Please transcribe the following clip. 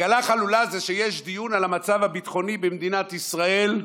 עגלה חלולה זה שיש דיון על המצב הביטחוני במדינת ישראל,